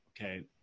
okay